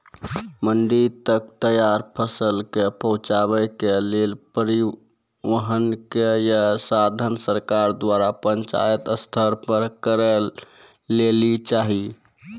मंडी तक तैयार फसलक पहुँचावे के लेल परिवहनक या साधन सरकार द्वारा पंचायत स्तर पर करै लेली चाही?